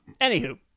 anywho